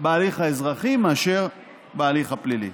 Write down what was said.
בהליך האזרחי מאשר בהליך הפלילי.